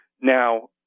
Now